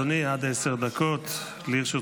בבקשה, אדוני, עד עשר דקות לרשותך.